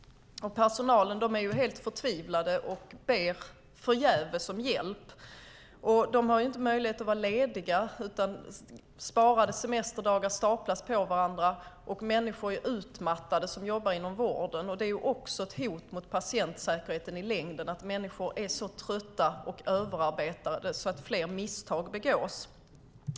Personalen är helt förtvivlad och ber förgäves om hjälp. De har inte möjlighet att vara lediga, utan sparade semesterdagar staplas på varandra. Människor som jobbar inom vården är utmattade. Det är också i längden ett hot mot patientsäkerheten att människor är så trötta och överarbetade så att fler misstag begås.